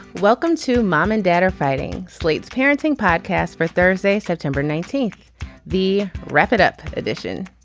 welcome to mom and dad are fighting slate's parenting podcast for thursday september nineteenth the wrap it up edition.